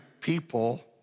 people